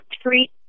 treat